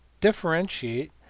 Differentiate